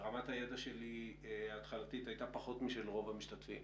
ורמת הידע ההתחלתית שלי הייתה פחות משל רוב המשתתפים